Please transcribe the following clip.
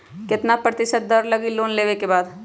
कितना प्रतिशत दर लगी लोन लेबे के बाद?